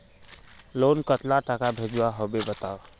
Loan कतला टाका भेजुआ होबे बताउ?